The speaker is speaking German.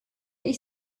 ich